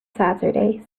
saturday